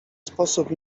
sposób